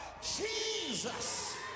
Jesus